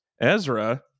Ezra